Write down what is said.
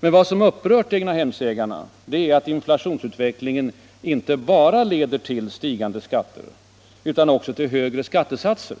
Men vad som upprört egnahemsägarna är att inflationsutvecklingen inte bara leder till stigande skatter utan också till högre skattesatser.